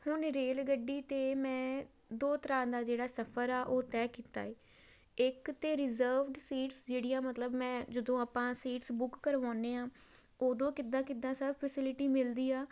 ਹੁਣ ਰੇਲ ਗੱਡੀ 'ਤੇ ਮੈਂ ਦੋ ਤਰ੍ਹਾਂ ਦਾ ਜਿਹੜਾ ਸਫ਼ਰ ਆ ਉਹ ਤੈਅ ਕੀਤਾ ਹੈ ਇੱਕ ਤਾਂ ਰਿਜਰਵਡ ਸੀਟਸ ਜਿਹੜੀਆਂ ਮਤਲਬ ਮੈਂ ਜਦੋਂ ਆਪਾਂ ਸੀਟਸ ਬੁੱਕ ਕਰਵਾਉਂਦੇ ਹਾਂ ਉਦੋਂ ਕਿੱਦਾਂ ਕਿੱਦਾਂ ਸਭ ਫੈਸਿਲਿਟੀ ਮਿਲਦੀ ਆ